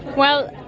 well,